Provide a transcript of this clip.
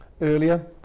earlier